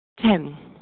Ten